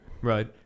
right